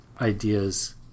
ideas